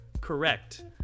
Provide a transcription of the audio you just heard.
Correct